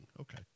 Okay